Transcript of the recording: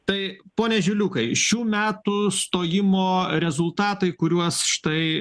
tai pone žiliukai šių metų stojimo rezultatai kuriuos štai